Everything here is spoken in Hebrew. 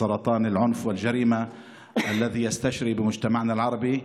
סרטן האלימות והפשיעה המתפשט בחברה הערבית.)